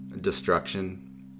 destruction